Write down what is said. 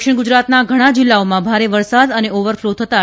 દક્ષિણ ગુજરાતના ઘણા જિલ્લાઓમાં ભારે વરસાદ અને ઓવરફ્લો થતાં